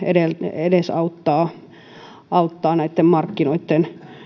edesauttaa näitten markkinoitten